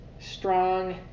strong